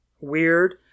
weird